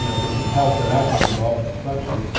you know for some help that actually involves some structure.